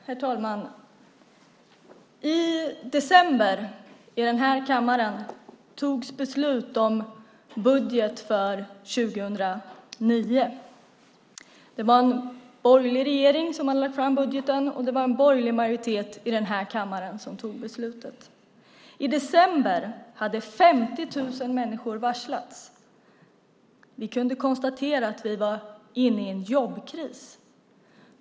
Herr talman! I december fattades beslut här i kammaren om budgeten för 2009. Det var en borgerlig regering som hade lagt fram budgeten, och det var en borgerlig majoritet i den här kammaren som fattade beslutet. I december hade 50 000 människor varslats. Vi kunde konstatera att vi var inne i en jobbkris.